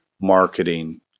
marketing